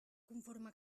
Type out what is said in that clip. conforme